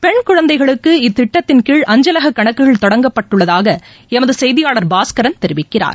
pen குழந்தைகளுக்கு இத்திட்டத்தின்கீழ் அஞ்சலககணக்குகள் தொடங்கப்பட்டுள்ளதாகவும் எமதுசெய்தியாளர் பாஸ்கரன் தெரிவிக்கிறார்